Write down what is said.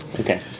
Okay